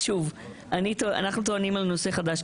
אנחנו טוענים לנושא חדש.